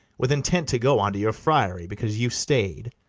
with intent to go unto your friary, because you stay'd.